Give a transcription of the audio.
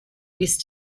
use